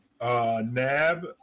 Nab